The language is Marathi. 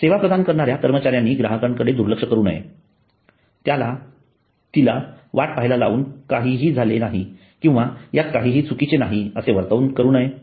सेवा प्रदान करणाऱ्या कर्मचाऱ्यांनी ग्राहकाकडे दुर्लक्ष करू नये त्यालातिची वाट पहायला लावून काहीही झाले नाही किंवा यात काहीही चुकीचे नाही असे वर्तन करू नये